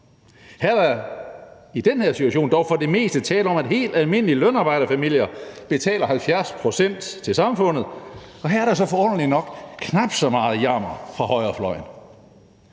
I den her situation er der dog for det meste tale om, at helt almindelige lønarbejderfamilier betaler 70 pct. til samfundet, og her er der så forunderligt nok knap så meget jammer fra højrefløjen.